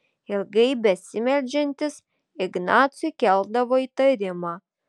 ilgai besimeldžiantys ignacui keldavo įtarimą